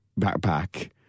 backpack